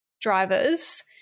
drivers